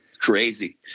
crazy